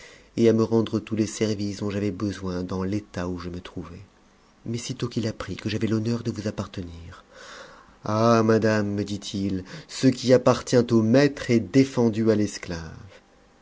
et àme rendre tous les services dontj'avais besoin dansl'étatou je me trouvais mais sitôt qu'il apprit que j'avais l'honneur de vous appartenir ah madame me dit-il ce qui appartient au maître est dé fendu à l'esclave